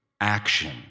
action